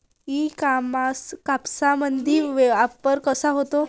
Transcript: इ कामर्समंदी व्यवहार कसा होते?